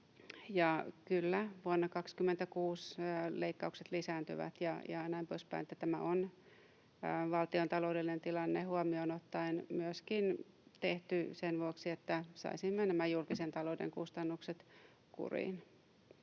kyllä, vuonna 26 leikkaukset lisääntyvät ja näin poispäin. Tämä on valtion taloudellinen tilanne huomioon ottaen tehty myöskin sen vuoksi, että saisimme nämä julkisen talouden kustannukset kuriin.